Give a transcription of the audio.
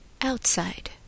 Outside